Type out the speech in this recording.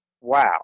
Wow